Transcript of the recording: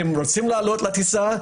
הם רוצים לעשות לטיסה,